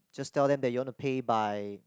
just tell them that you want to pay by